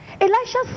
Elijah